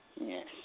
Yes